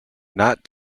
not